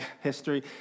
history